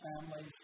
families